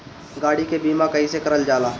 गाड़ी के बीमा कईसे करल जाला?